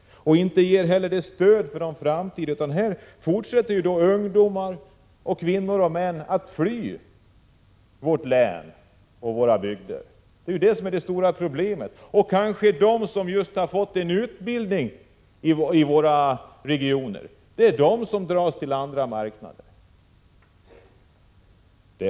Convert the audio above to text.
De ger heller inte något stöd för framtiden. Nu fortsätter ungdomar, kvinnor och män att fly vårt län och våra bygder. Det är just det som är det stora problemet. Det är just de som fått en utbildning i våra regioner som drar till andra marknader.